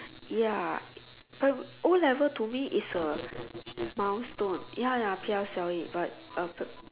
ya uh O-Level to me is a milestone ya ya P_S_L_E but out the